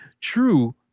true